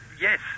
yes